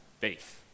faith